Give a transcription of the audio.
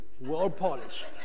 well-polished